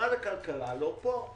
שמשרד הכלכלה לא כאן.